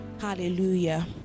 Hallelujah